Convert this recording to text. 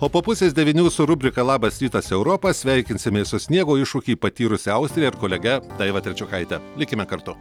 o po pusės devynių su rubrika labas rytas europa sveikinsimės su sniego iššūkį patyrusia austrija ir kolege daiva trečiokaite likime kartu